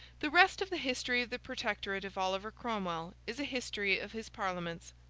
the rest of the history of the protectorate of oliver cromwell is a history of his parliaments.